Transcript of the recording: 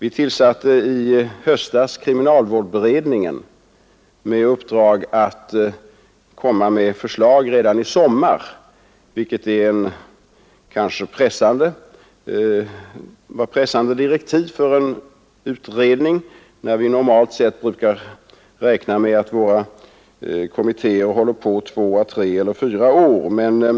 I höstas tillsattes kriminalvårdsberedningen med uppdrag att komma med förslag redan nu till sommaren, vilket kanske var pressande direktiv för en utredning när vi normalt brukar räkna med att våra kommittéer håller på två, tre eller upp till fyra år med sitt arbete.